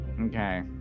Okay